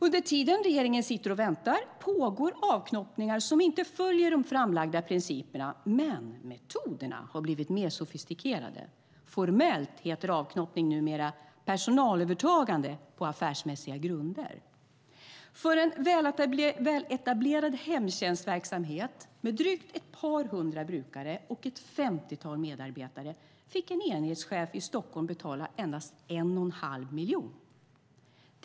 Under tiden regeringen sitter och väntar pågår avknoppningar som inte följer de framlagda principerna, men metoderna har blivit mer sofistikerade. Formellt heter avknoppning numera personalövertagande på affärsmässiga grunder. För en väletablerad hemtjänstverksamhet med ett par hundra brukare och ett femtiotal medarbetare behövde en enhetschef i Stockholm betala endast 1 1⁄2 miljon.